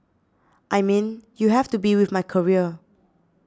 I mean you have to be with my career